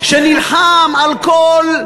שנלחם על כל,